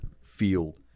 field